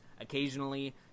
occasionally